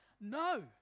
No